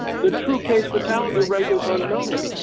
the true case fatality rate is unknown,